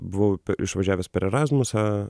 buvau išvažiavęs per erasmusą